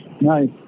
nice